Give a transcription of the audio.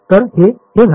तर हे हे झाले